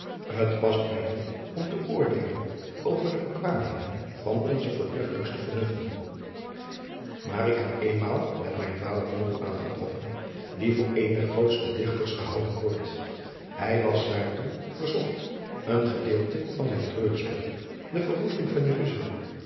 t past mij niet om te oordeelen over de bekwaamheden van onze voortreffelijkste vernuften maar ik heb eenmaal met mijn vader vondel aangetroffen die voor een der grootste dichters gehouden wordt hij las daartoe verzocht een gedeelte van zijn treurspel de verwoesting van jeruzalem